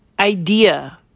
Idea